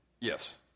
Yes